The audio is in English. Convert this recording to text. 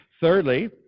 Thirdly